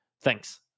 thanks